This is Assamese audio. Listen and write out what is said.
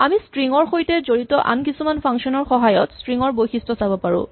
আমি স্ট্ৰিং ৰ সৈতে জড়িত আন কিছুমান ফাংচন ৰ সহায়ত স্ট্ৰিং ৰ বৈশিষ্ট চাব পাৰো